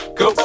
go